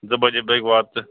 زٕ بجے بٲگۍ وات ژٕ